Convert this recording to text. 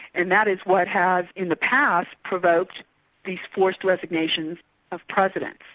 and that is what has in the past provoked these forced resignations of presidents.